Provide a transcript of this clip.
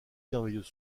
merveilleux